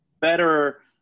better